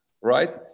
Right